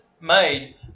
made